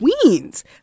queens